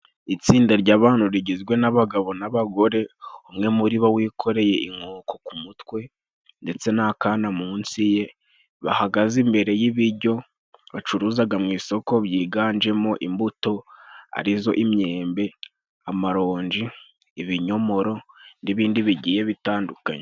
Itsinda ry'abantu rigizwe n'abagabo n'abagore, umwe muri bo wikoreye inkoko ku mutwe ndetse n'akana munsi ye, bahagaze imbere y'ibijyo bacuruzaga mu isoko biganjemo: imbuto arizo imyembe, amaronji, ibinyomoro n'ibindi bigiye bitandukanye.